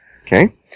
okay